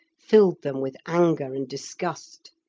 filled them with anger and disgust.